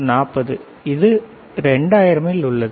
40 இது 2000 இல் உள்ளது